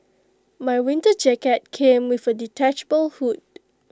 my winter jacket came with A detachable hood